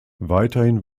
weiterhin